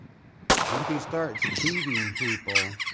if he starts beating people,